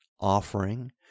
offering